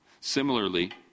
Similarly